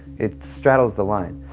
it straddles the line.